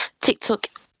TikTok